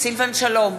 סילבן שלום,